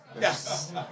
Yes